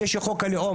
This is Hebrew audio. זה שחוק הלאום,